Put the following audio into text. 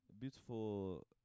beautiful